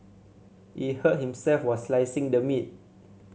he hurt himself while slicing the meat